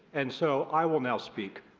and so i will now speak.